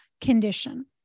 condition